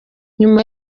nyuma